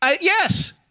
Yes